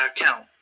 account